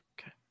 Okay